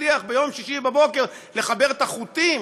הצליח ביום שישי בבוקר לחבר את החוטים